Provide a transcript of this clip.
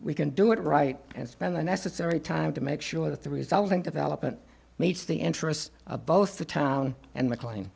we can do it right and spend the necessary time to make sure that the resulting development meets the interests of both the town and mclean